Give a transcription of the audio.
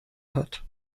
hat